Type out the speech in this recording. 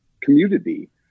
community